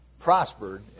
prospered